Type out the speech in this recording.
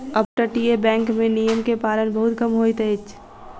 अपतटीय बैंक में नियम के पालन बहुत कम होइत अछि